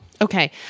Okay